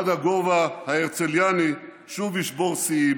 מד הגובה ההרצלייני שוב ישבור שיאים,